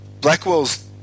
Blackwell's